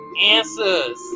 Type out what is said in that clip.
answers